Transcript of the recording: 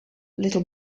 little